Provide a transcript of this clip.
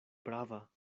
prava